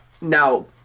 Now